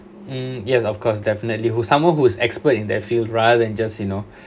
um yes of course definitely who someone who is expert in their field rather than just you know